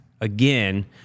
again